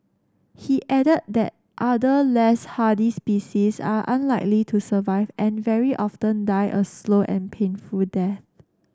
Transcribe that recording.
he added that other less hardy species are unlikely to survive and very often die a slow and painful death